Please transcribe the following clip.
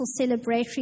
celebratory